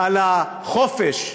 על החופש.